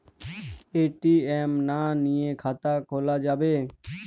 ATM না নিয়ে খাতা খোলা যাবে?